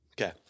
Okay